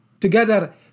together